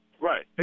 Right